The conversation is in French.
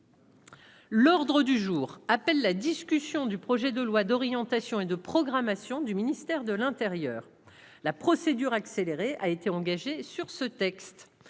L'ordre du jour appelle la discussion du projet de loi d'orientation et de programmation. Du ministère de l'Intérieur, la procédure accélérée. Engagé sur ce texte